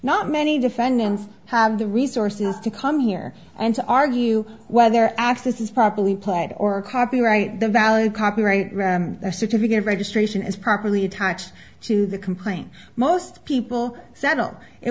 not many defendants have the resources to come here and to argue whether access is properly planned or copyright the valid copyright their certificate of registration is properly attached to the complaint most people settle it